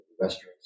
restaurants